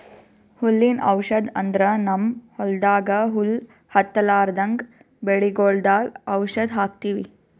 ಹುಲ್ಲಿನ್ ಔಷಧ್ ಅಂದ್ರ ನಮ್ಮ್ ಹೊಲ್ದಾಗ ಹುಲ್ಲ್ ಹತ್ತಲ್ರದಂಗ್ ಬೆಳಿಗೊಳ್ದಾಗ್ ಔಷಧ್ ಹಾಕ್ತಿವಿ